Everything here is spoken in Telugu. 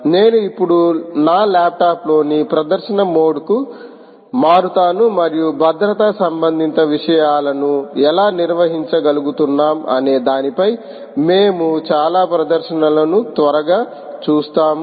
నేను ఇప్పుడు నా ల్యాప్టాప్లోని ప్రదర్శన మోడ్కు మారుతాను మరియు భద్రతా సంబంధిత విషయాలను ఎలా నిర్వహించగలుగుతున్నాం అనే దానిపై మేము చాలా ప్రదర్శనలను త్వరగా చూస్తాము